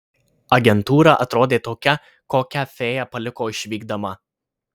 agentūra atrodė tokia kokią fėja paliko išvykdama